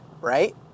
right